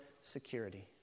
security